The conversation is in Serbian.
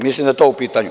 Mislim da je to u pitanju.